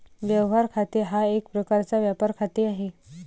व्यवहार खाते हा एक प्रकारचा व्यापार खाते आहे